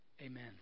Amen